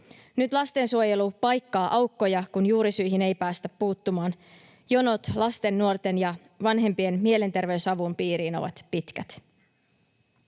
Nyt lastensuojelu paikkaa aukkoja, kun juurisyihin ei päästä puuttumaan, jonot lasten, nuorten ja vanhempien mielenterveysavun piiriin ovat pitkät.